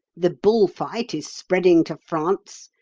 the bull-fight is spreading to france,